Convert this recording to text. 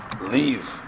leave